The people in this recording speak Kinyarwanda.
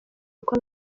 uko